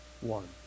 one